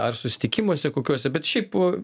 ar susitikimuose kokiuose bet šiaip